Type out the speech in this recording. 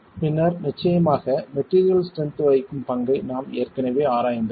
பின்னர் நிச்சயமாக material strength வகிக்கும் பங்கை நாம் ஏற்கனவே ஆராய்ந்தோம்